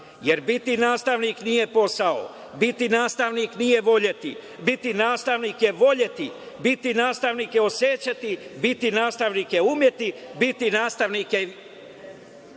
Jer, biti nastavnik nije posao. Biti nastavnik nije voleti. Biti nastavnik je voleti, biti nastavnik je osećati, biti nastavnik je umeti, biti nastavnik je,